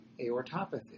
aortopathy